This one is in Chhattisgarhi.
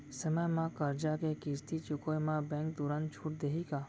समय म करजा के किस्ती चुकोय म बैंक तुरंत छूट देहि का?